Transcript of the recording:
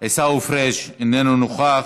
עיסאווי פריג' איננו נוכח,